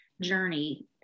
journey